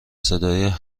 صدای